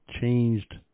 changed